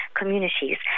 communities